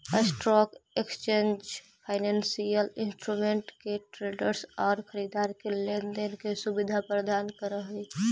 stock exchange financial instrument के traders आउ खरीदार के लेन देन के सुविधा प्रदान करऽ हइ